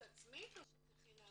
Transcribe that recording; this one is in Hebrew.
זה בהשתתפות עצמית או שזה חינם?